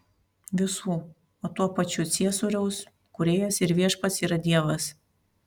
visų o tuo pačiu ciesoriaus kūrėjas ir viešpats yra dievas